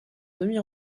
demi